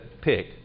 pick